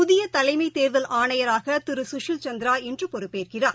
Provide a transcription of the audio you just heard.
புதியதலைமைதேர்தல் ஆணையராகதிருகஷில் சந்திரா இன்றுபதவியேற்கிறார்